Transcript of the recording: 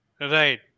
right